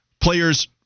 Players